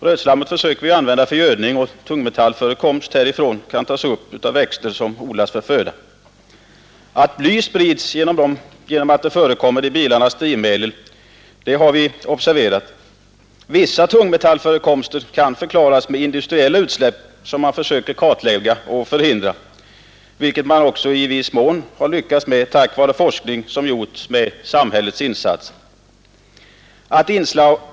Rötslam använder vi för gödning, och tungmetallförekomst häri kan tas upp av växter som odlas för föda. Att bly sprids genom att det förekommer i bilarnas drivmedel har vi observerat. Vissa tungmetallförekomster kan förklaras av industriella utsläpp, som man nu försöker kartlägga och förhindra, något som man också i viss mån lyckats med tack vare forskning som gjorts med samhällets insats.